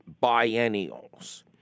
biennials